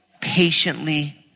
patiently